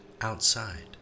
outside